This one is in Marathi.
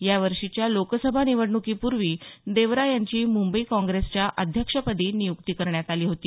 यावर्षीच्या लोकसभा निवडण्कीपूर्वी देवरा यांची मुंबई काँग्रेसच्या अध्यक्षपदी नियुक्ती करण्यात आली होती